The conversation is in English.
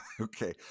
Okay